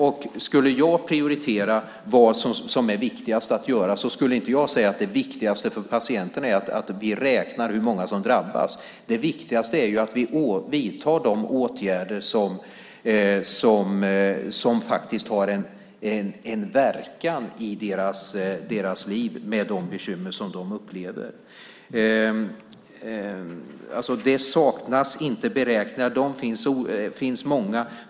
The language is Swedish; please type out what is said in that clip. Om jag skulle prioritera vad som är viktigast att göra skulle jag inte säga att det viktigaste för patienterna är att vi räknar hur många som drabbas. Det viktigaste är ju att vi vidtar de åtgärder som har verkan i deras liv med de bekymmer som de upplever. Det saknas inte beräkningar. Det finns många.